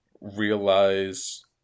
realize